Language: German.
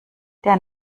der